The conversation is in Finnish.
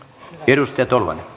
arvoisa puhemies on selvää